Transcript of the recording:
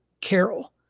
carol